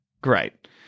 Great